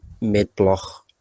mid-block